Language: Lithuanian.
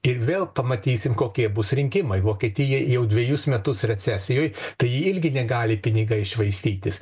ir vėl pamatysim kokie bus rinkimai vokietija jau dvejus metus recesijoj tai ji irgi negali pinigais švaistytis